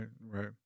right